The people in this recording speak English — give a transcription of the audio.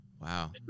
wow